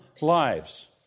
lives